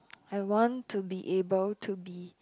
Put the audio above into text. I want to be able to be